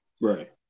Right